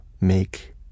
make